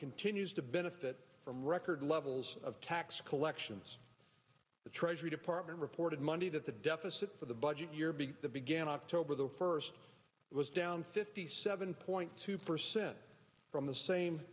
continues to benefit from record levels of tax collections the treasury department reported monday that the deficit for the budget year big that began october first was down fifty seven point two percent from the same